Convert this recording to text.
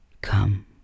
Come